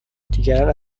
دیگران